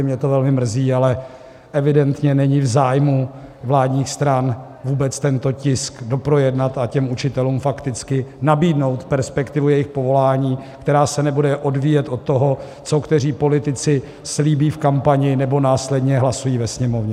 Mě to velmi mrzí, ale evidentně není v zájmu vládních stran vůbec tento tisk doprojednat a učitelům nabídnout perspektivu v jejich povolání, která se nebude odvíjet od toho, co kteří politici slíbí v kampani nebo následně hlasují ve Sněmovně.